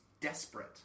desperate